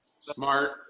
Smart